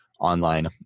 online